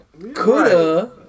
Coulda